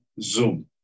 Zoom